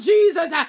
Jesus